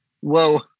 Whoa